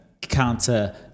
counter